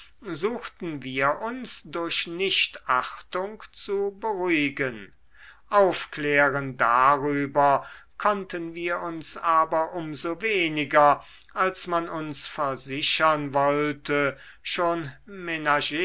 suchten wir uns durch nichtachtung zu beruhigen aufklären darüber konnten wir uns aber um so weniger als man uns versichern wollte schon